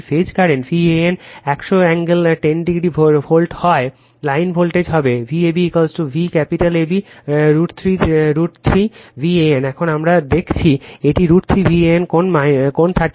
যদি phase voltage Van 100 কোণ 10o volt হয় লাইনে ভোল্টেজ হবে Vab V capital AB √ 3 Van এখন আমরা দেখেছি এটি √ 3 Van কোণ 30o